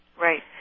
Right